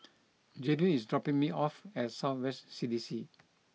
Jaydin is dropping me off at South West C D C